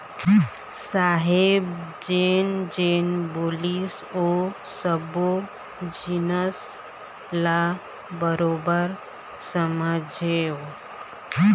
साहेब जेन जेन बोलिस ओ सब्बो जिनिस ल बरोबर समझेंव